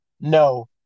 No